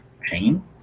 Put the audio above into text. pain